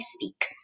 speak